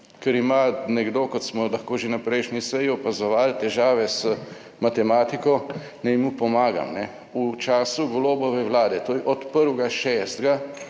ker ima nekdo, kot smo lahko že na prejšnji seji opazovali, težave z matematiko. Naj mu pomagam. V času Golobove vlade, to je od 1. 6.